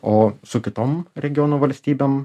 o su kitom regiono valstybėm